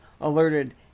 alerted